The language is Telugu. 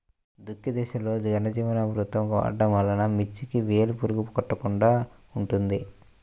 దుక్కి దశలో ఘనజీవామృతం వాడటం వలన మిర్చికి వేలు పురుగు కొట్టకుండా ఉంటుంది?